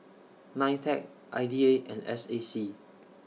NITEC I D A and S A C